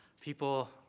people